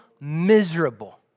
miserable